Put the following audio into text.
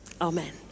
Amen